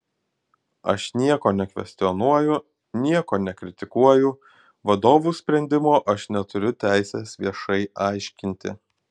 aš nieko nekvestionuoju nieko nekritikuoju vadovų sprendimo aš neturiu teisės viešai aiškinti